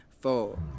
four